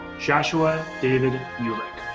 joshua david muhleck.